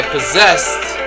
Possessed